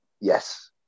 Yes